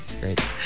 Great